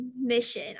mission